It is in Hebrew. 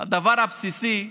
הדבר הבסיסי,